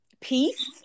peace